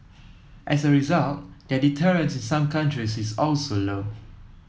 as a result their deterrence in some countries is also low